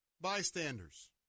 bystanders